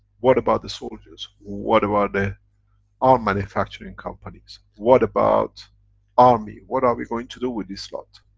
what about the solders? what about the arm manufacturing companies? what about army? what are we going to do with this lot.